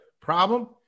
Problem